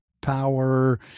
power